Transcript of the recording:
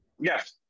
yes